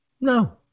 No